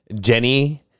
jenny